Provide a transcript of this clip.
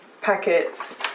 packets